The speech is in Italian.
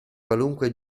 qualunque